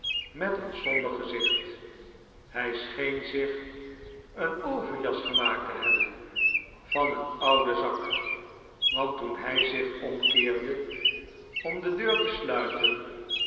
met een somber gezicht hij scheen zicli eene overjas gemaakt te hebbem van een ouden zak want toen hij zich omkeexde om de deur e sluiten